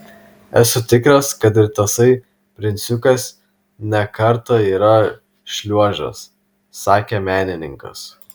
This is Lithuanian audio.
esu tikras kad ir tasai princiukas ne kartą yra šliuožęs sakė menininkas